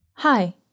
Hi